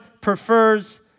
prefers